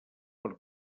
per